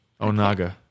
Onaga